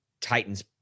Titans